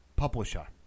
Publisher